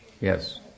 Yes